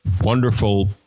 wonderful